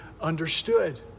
understood